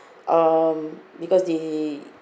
um because they